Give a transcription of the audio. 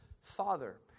father